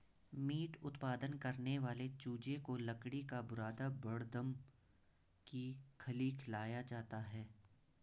meet उत्पादन करने वाले चूजे को लकड़ी का बुरादा बड़दम की फली खिलाया जाता है